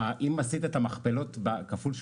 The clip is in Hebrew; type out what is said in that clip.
אם עשית את המכפלות כפול 18,